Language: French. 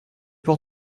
pour